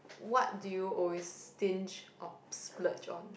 what do you always stinge or splurge on